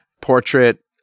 portrait